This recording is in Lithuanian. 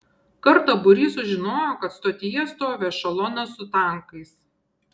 kartą būrys sužinojo kad stotyje stovi ešelonas su tankais